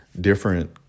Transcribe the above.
different